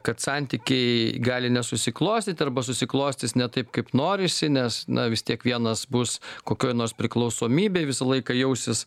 kad santykiai gali nesusiklostyt arba susiklostys ne taip kaip norisi nes na vis tiek vienas bus kokioj nors priklausomybėj visą laiką jausis